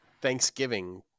Thanksgiving